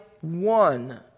one